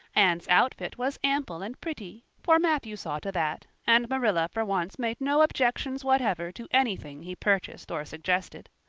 anne's outfit was ample and pretty, for matthew saw to that, and marilla for once made no objections whatever to anything he purchased or suggested.